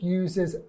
uses